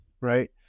right